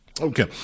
okay